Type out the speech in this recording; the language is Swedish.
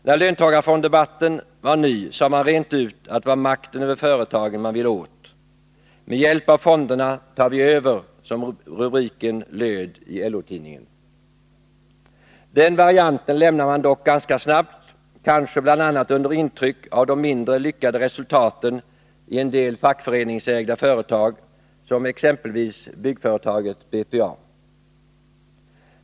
När löntagarfondsdebatten var ny, sade man rent ut att det var makten över företagen man ville åt. ”Med hjälp av fonderna tar vi över”, som rubriken löd i LO-tidningen. Den varianten lämnade man dock ganska snabbt, kanske bl.a. under intryck av de mindre lyckade resultaten i en del fackföreningsägda företag, exempel byggföretaget BPA.